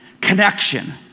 Connection